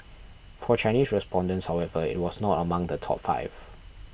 for Chinese respondents however it was not among the top five